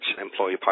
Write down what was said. employee